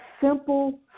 simple